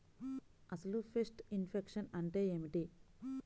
అసలు pest infection అంటే ఏమిటి?